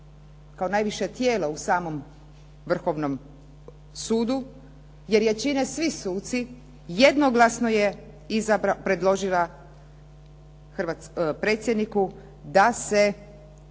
kao najviše tijelo u samom Vrhovnom sudu, jer je čine svi suci jednoglasno je predložila predsjedniku da se